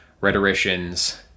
rhetoricians